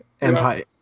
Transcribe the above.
empire